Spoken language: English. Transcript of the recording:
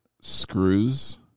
screws